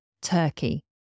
Turkey